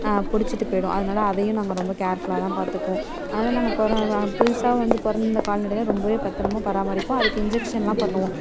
பிடிச்சிட்டு போய்டும் அதனால அதையும் நாங்கள் ரொம்ப கேர்ஃபுல்லாக தான் பார்த்துக்குவோம் அதனால் நாங்கள் பிறந் புதுசாக வந்து பிறந்த கால்நடைகள ரொம்பவே பத்திரமா பராமரிப்போம் அதுக்கு இன்ஜெக்ஷன்லாம் பண்ணுவோம்